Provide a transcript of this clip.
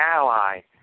ally